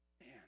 Man